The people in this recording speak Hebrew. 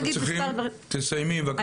להגיד מספר דברים -- תסיימי בבקשה.